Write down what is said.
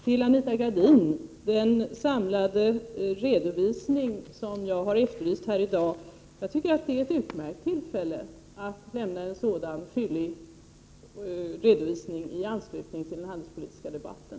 Till Anita Gradin vill jag säga att ett utmärkt tillfälle att lämna en sådan samlad, fyllig redovisning som jag i dag har efterlyst är i anslutning till den handelspolitiska debatten.